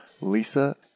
Lisa